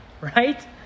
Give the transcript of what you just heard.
right